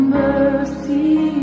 mercy